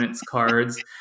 cards